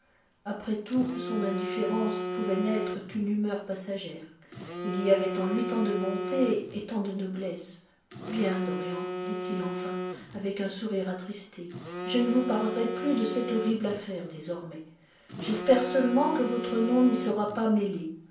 après tout son indifférence pouvait n'être qu'une humeur passagère il y avait en lui tant de bonté et tant de noblesse bien dorian dit-il enfin avec un sourire attristé je ne vous parlerai plus de cette horrible affaire désormais j'espère seulement que votre nom n'y sera pas mêlé